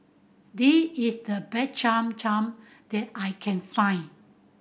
this is the best Cham Cham that I can find